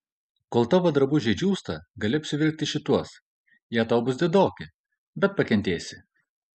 kol tavo drabužiai džiūsta gali apsivilkti šituos jie tau bus didoki bet pakentėsi